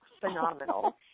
phenomenal